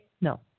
no